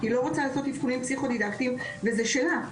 היא לא רוצה לעשות אבחונים פסיכודידקטים וזה שלה,